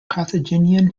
carthaginian